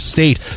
State